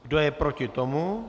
Kdo je proti tomu?